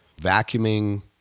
vacuuming